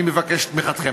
אני מבקש את תמיכתכם.